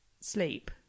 sleep